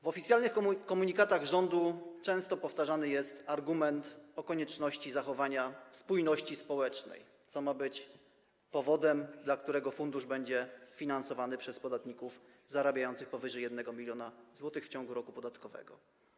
W oficjalnych komunikatach rządu często powtarzany jest argument o konieczności zachowania spójności społecznej, co ma być powodem, dla którego fundusz będzie finansowany przez podatników zarabiających powyżej 1 mln zł w ciągu roku podatkowego.